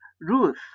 Ruth